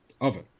oven